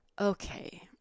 okay